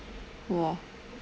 !wah!